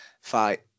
fight